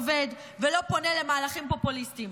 עובד ולא פונה למהלכים פופוליסטיים.